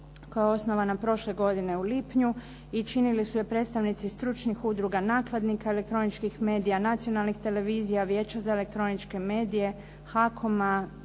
koja je osnovana prošle godine u lipnju i činili su je predstavnici stručnih udruga nakladnika elektroničkih medija, nacionalnih televizija, Vijeća za elektroničke medije, HAKOM-a,